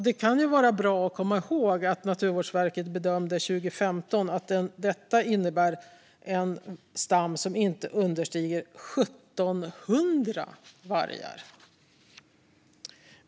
Det kan vara bra att komma ihåg att Naturvårdsverket 2015 bedömde att detta innebär en stam som inte understiger 1 700 vargar.